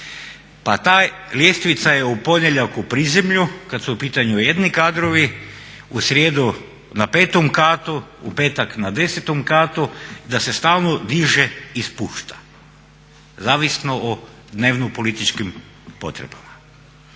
Pa ta ljestvica je … u prizemlju kad su u pitanju jedni kadrovi, u srijedu na 5. katu, u petak na 10. katu, da se stalno diže i spušta, zavisno o dnevno političkim potrebama.